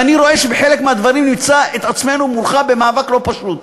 ואני רואה שבחלק מהדברים נמצא את עצמנו מולך במאבק לא פשוט.